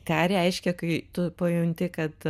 ką reiškia kai tu pajunti kad